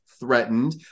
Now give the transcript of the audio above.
Threatened